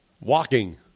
Walking